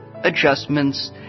adjustments